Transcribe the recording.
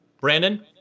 Brandon